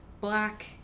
Black